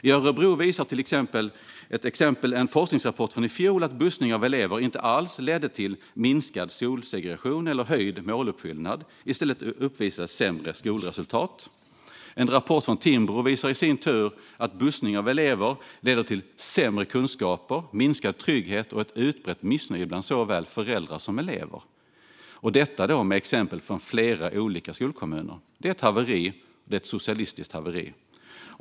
I Örebro visar till exempel en forskningsrapport från i fjol att bussning av elever inte alls ledde till minskad skolsegregation eller höjd måluppfyllnad. I stället uppvisades sämre skolresultat. En rapport från Timbro visar i sin tur att bussning av elever leder till sämre kunskaper, minskad trygghet och ett utbrett missnöje bland såväl föräldrar som elever. Detta finns det exempel på från flera olika kommuner. Det är ett haveri, ett socialistiskt haveri.